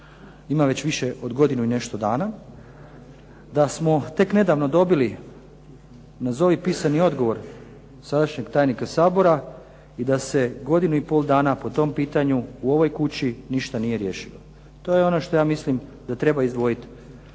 ima već više od godinu i nešto dana, da smo tek nedavno dobili nazovi pisani odgovor sadašnjeg tajnika Sabora i da se godinu i pol dana po tom pitanju u ovoj kući ništa nije riješilo. To je ono što ja mislim da treba izdvojiti,